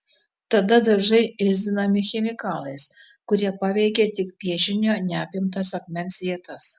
tada dažai ėsdinami chemikalais kurie paveikia tik piešinio neapimtas akmens vietas